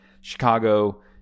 chicago